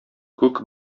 күк